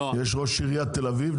יש ראש עיריית תל אביב,